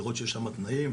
לראות שיש שם תנאים,